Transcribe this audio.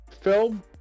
film